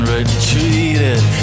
Retreated